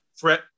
threat